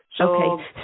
Okay